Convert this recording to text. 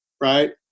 right